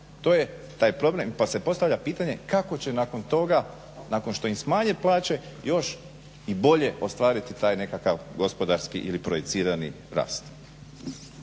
To je taj problem pa se postavlja pitanje kako će nakon toga, nakon što im smanje plaće još i bolje ostvariti taj nekakav gospodarski ili projicirani rast.